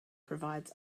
provides